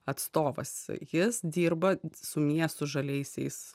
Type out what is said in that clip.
atstovas jis dirba su miestų žaliaisiais